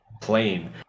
plane